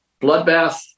bloodbath